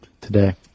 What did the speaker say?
today